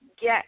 get